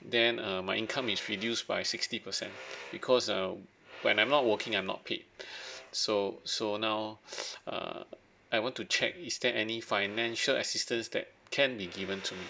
then err my income is reduced by sixty percent because uh when I'm not working I'm not paid so so now err I want to check is there any financial assistance that can be given to me